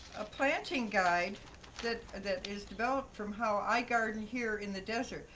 a planting guide that and that is developed from how i garden here in the desert.